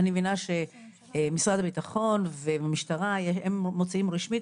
אני מבינה שמשרד הביטחון והמשטרה הם מוציאים רשמית,